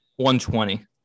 120